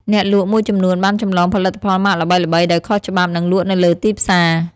អ្នកលក់មួយចំនួនបានចម្លងផលិតផលម៉ាកល្បីៗដោយខុសច្បាប់ និងលក់នៅលើ ទីផ្សារ។